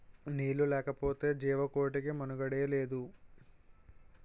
నీళ్లు లేకపోతె జీవకోటికి మనుగడే లేదు